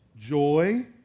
joy